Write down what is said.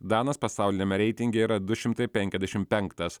danas pasauliniame reitinge yra du šimtai penkiasdešim penktas